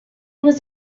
was